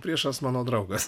priešas mano draugas